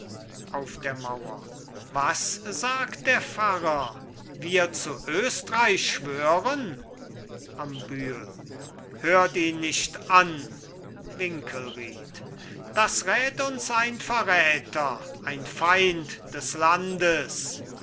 was sagt der pfarrer wir zu östreich schwören am bühel hört ihn nicht an winkelried das rät uns ein verräter ein feind des landes